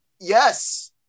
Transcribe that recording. Yes